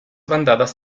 bandadas